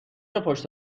پشت